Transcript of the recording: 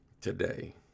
today